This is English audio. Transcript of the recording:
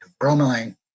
Bromelain